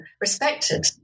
respected